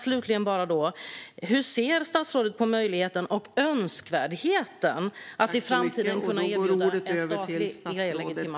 Slutligen bara en fråga: Hur ser statsrådet på möjligheten och önskvärdheten i att i framtiden kunna erbjuda en statlig e-legitimation?